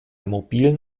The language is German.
mobilen